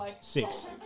Six